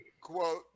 quote